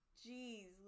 jeez